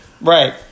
right